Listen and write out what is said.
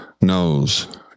knows